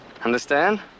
Understand